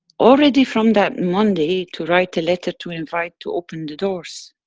already from that monday to write a letter, to invite to open the doors.